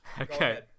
Okay